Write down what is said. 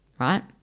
right